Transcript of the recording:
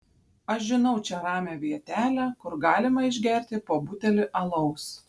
aš žinau čia ramią vietelę kur galima išgerti po butelį alaus